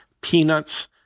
peanuts